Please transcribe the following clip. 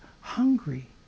hungry